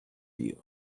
you